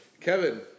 Kevin